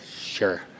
sure